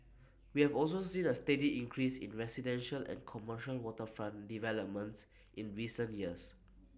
we have also see the steady increase in residential and commercial waterfront developments in recent years